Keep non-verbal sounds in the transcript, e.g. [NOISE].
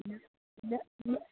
[UNINTELLIGIBLE] लै लए